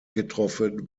getroffen